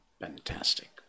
Fantastic